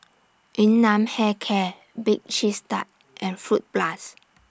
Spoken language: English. Yun Nam Hair Care Bake Cheese Tart and Fruit Plus